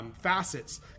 Facets